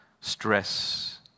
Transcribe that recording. stress